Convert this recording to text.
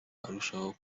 arushaho